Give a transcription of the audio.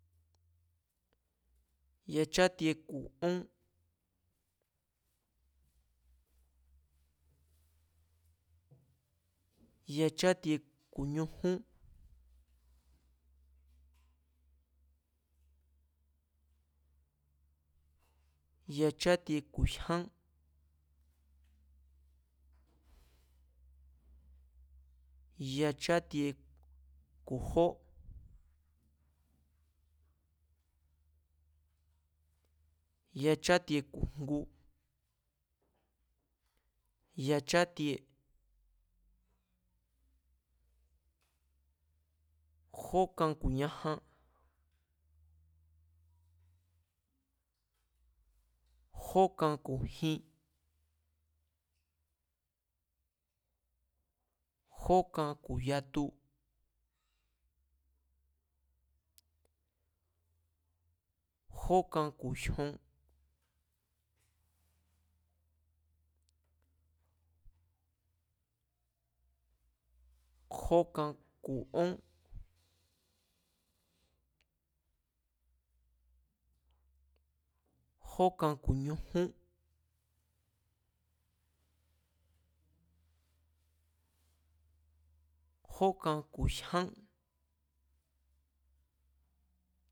Yachátie ku̱ ón, yachátie ku̱ ñujún yachátie ku̱ jyán, yachátie ku̱ jó, yachátie ku̱ jngu, yachátie, jókan ku̱ ñajan, jó kan ku̱ jin, jó kan ku̱ yatu, jókan ku̱ jyon, jókan ku ón, jókan ku̱ ñujún, jókan ku̱ jyán